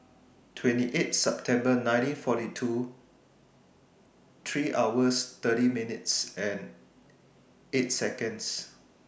twenty eight September nineteen forty two three hours thirty minutes eight Seconds